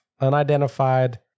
Unidentified